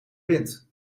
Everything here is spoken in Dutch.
wind